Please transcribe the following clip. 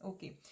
Okay